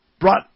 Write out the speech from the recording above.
brought